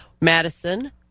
Madison